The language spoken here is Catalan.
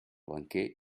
banquer